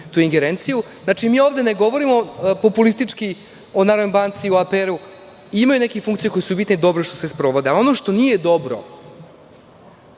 tu ingerenciju. Znači, mi ovde ne govorimo populistički o Narodnoj banci i o APR. Ima nekih funkcija koje su bitne i dobro je što se sprovode, a ono što nije dobro,